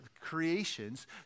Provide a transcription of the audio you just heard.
creations